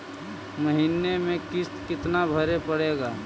महीने में किस्त कितना भरें पड़ेगा?